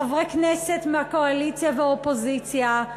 חברי כנסת מהקואליציה והאופוזיציה,